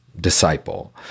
disciple